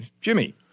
Jimmy